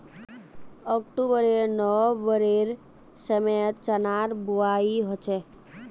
October नवंबरेर समयत चनार बुवाई हछेक